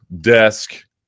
desk